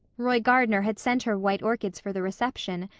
roy gardner had sent her white orchids for the reception,